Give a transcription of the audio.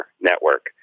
Network